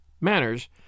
manners